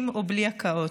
עם או בלי הקאות,